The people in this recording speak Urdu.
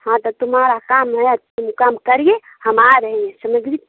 ہاں تو تمہارا کام ہے تم کام کریے ہم آ رہے ہیں سمجھیے